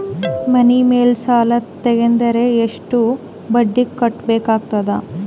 ಮನಿ ಮೇಲ್ ಸಾಲ ತೆಗೆದರ ಎಷ್ಟ ಬಡ್ಡಿ ಕಟ್ಟಬೇಕಾಗತದ?